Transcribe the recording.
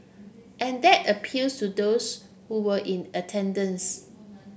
and that appeals to those who were in attendance